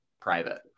private